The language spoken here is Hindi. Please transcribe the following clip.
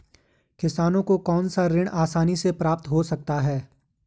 किसानों को कौनसा ऋण आसानी से प्राप्त हो सकता है?